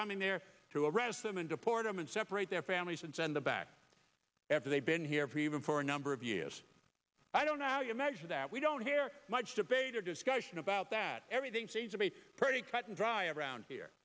coming there to arrest them and deport him and separate their families and send them back after they've been here for even for a number of years i don't know how you measure that we don't hear much debate or discussion about that everything seems to be pretty cut and dry around here